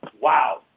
wow